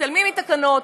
מתעלמים מתקנות,